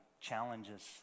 challenges